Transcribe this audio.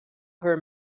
her